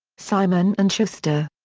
simon and schuster.